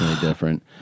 different